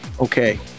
Okay